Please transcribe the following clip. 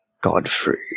Godfrey